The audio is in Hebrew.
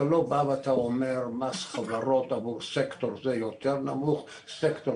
אתה לא בא ואומר שמס חברות עבור סקטור מסוים הוא יותר נמוך וסקטור